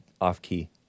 off-key